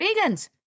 vegans